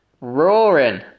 roaring